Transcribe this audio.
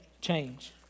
change